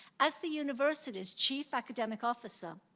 as the university's chief academic officer,